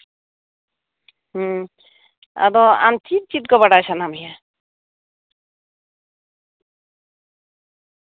ᱦᱩᱸ ᱟᱫᱚ ᱟᱢ ᱪᱮᱫ ᱪᱮᱫ ᱠᱚ ᱵᱟᱰᱟᱭ ᱥᱟᱱᱟ ᱢᱮᱭᱟ